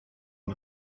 one